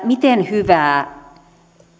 miten hyvää